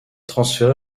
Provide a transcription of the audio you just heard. transféré